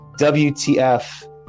wtf